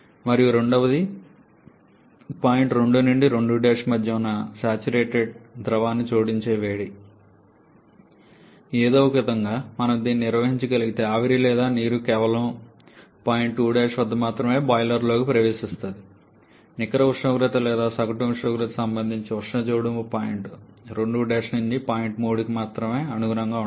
మరియు రెండవది మీకు పాయింట్ 2 నుండి 2 మధ్య ఉన్న సాచురేటెడ్ సంతృప్త ద్రవానికి జోడించే వేడి ఏదో ఒకవిధంగా మనం దీనిని నిర్వహించగలిగితే ఆవిరి లేదా నీరు కేవలం పాయింట్ 2 వద్ద మాత్రమే బాయిలర్లోకి ప్రవేశిస్తుంది నికర ఉష్ణోగ్రత లేదా సగటు ఉష్ణోగ్రత సంబంధిత ఉష్ణ జోడింపు పాయింట్ 2 నుండి పాయింట్ 3కి మాత్రమే అనుగుణంగా ఉంటుంది